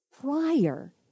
prior